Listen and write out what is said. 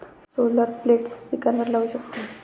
solar plates पिकांवर लाऊ शकतो